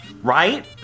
Right